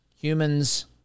humans